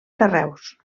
carreus